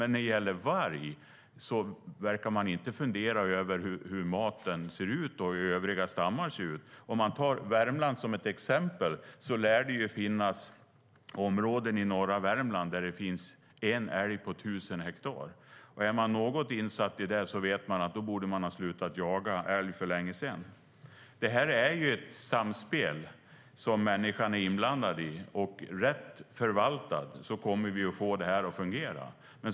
När det gäller varg verkar man dock inte fundera över hur maten ser ut och hur övriga stammar ser ut. Om man tar Värmland som exempel lär det ju finnas områden i norra Värmland där det finns en älg på 1 000 hektar. Är man något insatt i det vet man att man borde ha slutat jaga älg för länge sedan. Det här är ju ett samspel som människan är inblandad i, och rätt förvaltat kommer vi att få det att fungera.